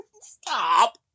Stop